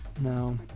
No